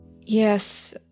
Yes